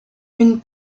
une